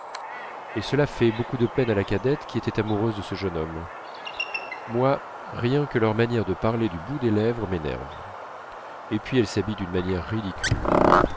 et cela fait beaucoup de peine à la cadette qui était amoureuse de ce jeune homme moi rien que leur manière de parler du bout des lèvres m'énerve et puis elles s'habillent d'une manière ridicule